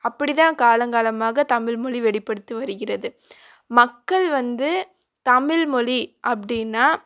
அப்படி தான் காலங்காலமாக தமிழ்மொழி வெளிப்படுத்தி வருகிறது மக்கள் வந்து தமிழ்மொழி அப்படின்னா